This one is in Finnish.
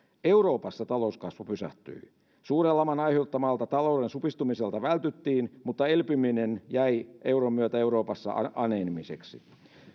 euroopassa talouskasvu pysähtyi suuren laman aiheuttamalta talouden supistumiselta vältyttiin mutta elpyminen jäi euron myötä euroopassa aneemiseksi